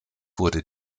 wurde